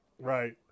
right